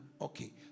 Okay